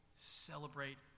celebrate